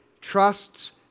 trusts